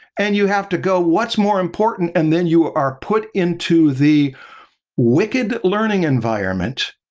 and you have to go what's more important, and then you are put into the wicked learning environment